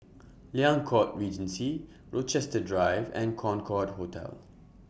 Liang Court Regency Rochester Drive and Concorde Hotel